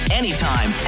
anytime